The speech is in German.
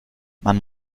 man